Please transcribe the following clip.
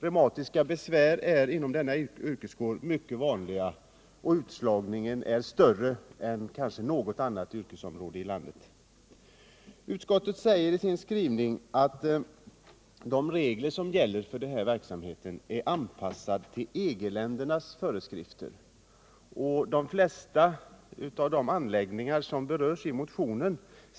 Reumatiska besvär är mycket vanliga inom denna yrkeskår, och utslagningen är större än inom kanske något annat yrkesområde i landet. Utskottet säger i sin skrivning att de regler som gäller för denna verksamhet och för sådana anläggningar som berörs i motionen är anpassade till EG-ländernas föreskrifter.